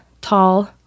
tall